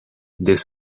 des